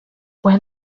when